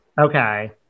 okay